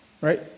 right